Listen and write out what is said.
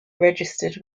registered